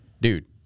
dude